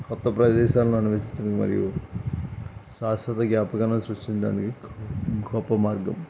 కొత్త ప్రదేశాలను అన్వేషించడం మరియు శాశ్వత జ్ఞాపాకాలని సృష్టించడానికి గొప్ప మార్గం